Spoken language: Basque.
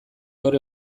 hor